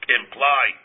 imply